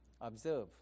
Observe